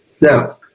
Now